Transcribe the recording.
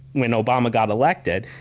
when obama got elected,